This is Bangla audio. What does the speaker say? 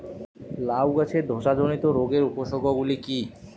লাউ গাছের ধসা জনিত রোগের উপসর্গ গুলো কি কি?